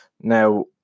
Now